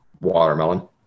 Watermelon